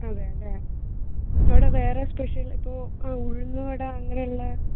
അതെ അല്ലേ അവിടെ വേറെ സ്പെഷ്യൽ ഇപ്പോൾ ആ ഉഴുന്നുവട അങ്ങനെയുള്ള